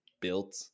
built